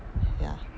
ya